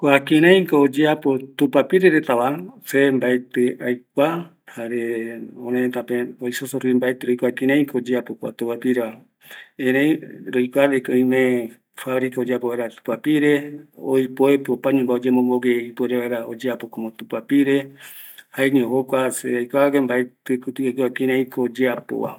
Kua kɨraiko oyeapo tupapire retava, se mbaetɨ aikua, jare oreretape mbaetɨ roikua kiraikomoyeapo kua tupapireva, erei roikua oime fabrica oyeapo vaera tupapire, oipoepɨ ramboeve opaete mbae oyemombogue, jaeño aikuague